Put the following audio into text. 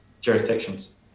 jurisdictions